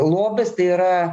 lobis tai yra